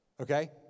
Okay